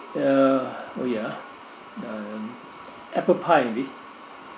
uh oh ya uh apple pie